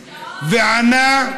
השעון.